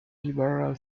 liberal